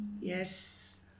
Yes